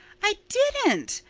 i didn't.